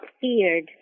feared